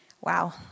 Wow